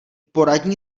poradní